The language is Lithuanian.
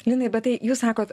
linai bet tai jūs sakot